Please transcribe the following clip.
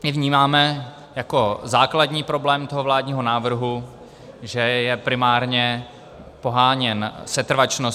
My vnímáme jako základní problém vládního návrhu, že je primárně poháněn setrvačností.